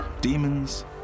Demons